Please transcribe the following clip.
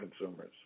consumers